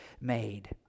made